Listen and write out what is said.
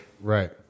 right